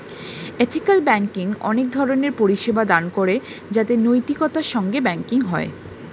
ethical banking অনেক ধরণের পরিষেবা দান করে যাতে নৈতিকতার সঙ্গে ব্যাঙ্কিং হয়